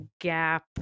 gap